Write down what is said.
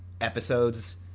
episodes